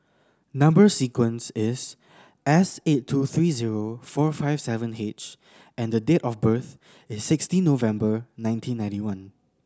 number sequence is S eight two three zero four five seven H and the date of birth is sixteen November nineteen ninety one